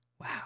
wow